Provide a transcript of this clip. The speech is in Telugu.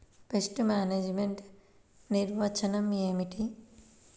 పెస్ట్ మేనేజ్మెంట్ నిర్వచనం ఏమిటి?